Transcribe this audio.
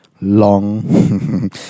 Long